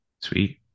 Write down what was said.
sweet